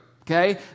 okay